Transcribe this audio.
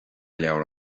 leabhar